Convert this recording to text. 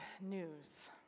news